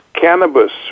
cannabis